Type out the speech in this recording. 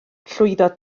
llwyddodd